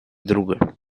друга